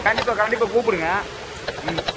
கண்டிப்பாக கண்டிப்பாக கூப்பிடுங்கள் ம்